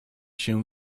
się